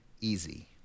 easy